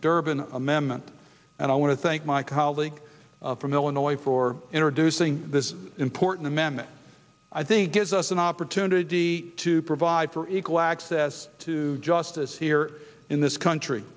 durban amendment and i want to thank my colleague from illinois for introducing this important amendment i think gives us an opportunity to provide for equal access to justice here in this country